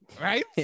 right